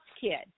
kid